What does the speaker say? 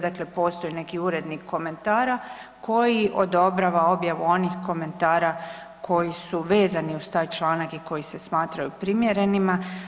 Dakle, postoji neki urednik komentara koji odobrava objavu onih komentara koji su vezani uz taj članak i koji se smatraju primjerenima.